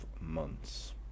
months